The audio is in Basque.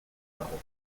dago